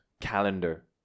calendar